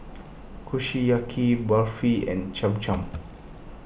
Kushiyaki Barfi and Cham Cham